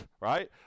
right